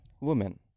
woman